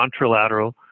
contralateral